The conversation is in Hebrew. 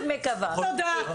תודה.